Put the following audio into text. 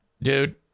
Dude